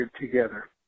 together